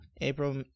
April